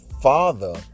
father